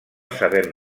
sabem